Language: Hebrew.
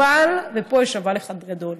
אבל, ופה יש אבל אחד גדול: